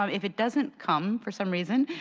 um if it doesn't come for some reason,